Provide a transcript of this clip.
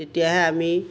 তেতিয়াহে আমি